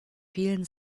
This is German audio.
vielen